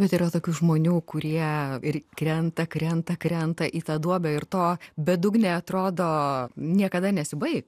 bet yra tokių žmonių kurie ir krenta krenta krenta į tą duobę ir to bedugnė atrodo niekada nesibaigs